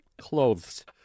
Clothes